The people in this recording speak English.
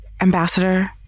Ambassador